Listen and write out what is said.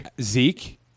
Zeke